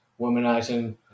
womanizing